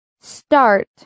Start